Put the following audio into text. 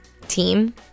team